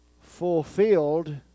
fulfilled